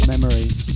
memories